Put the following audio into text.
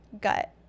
gut